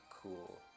cool